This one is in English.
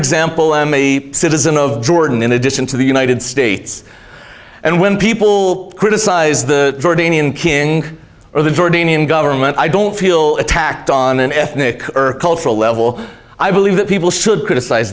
example am a citizen of the jordan in addition to the united states and when people criticize the kin or the jordanian government i don't feel attacked on an ethnic or cultural level i believe that people should criticize